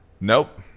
Nope